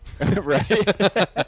Right